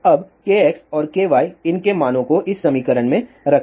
अब kx और ky इन के मानों को इस समीकरण में रखें